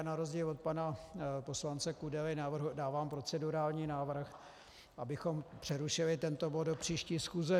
Já na rozdíl od pana poslance Kudely dávám procedurální návrh, abychom přerušili tento bod do příští schůze.